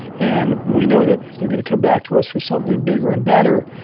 and we know that, if they're going to come back to us for something bigger and better,